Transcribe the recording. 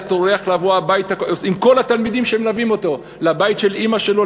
היה טורח לבוא הביתה עם כל התלמידים שמלווים אותו לבית של אימא שלו,